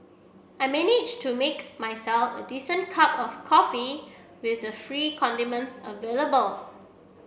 I managed to make myself a decent cup of coffee with the free condiments available